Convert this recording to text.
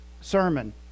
sermon